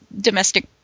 domestic